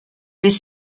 les